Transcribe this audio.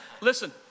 Listen